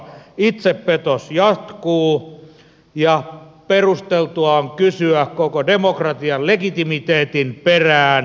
itsepetos jatkuu ja perusteltua on kysyä koko demokratian legitimiteetin perään